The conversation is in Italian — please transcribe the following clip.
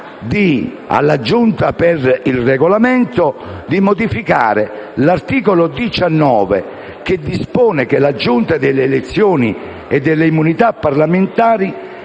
alla Giunta per il Regolamento di modificare l'articolo 19, che dispone che: «La Giunta delle elezioni e delle immunità parlamentari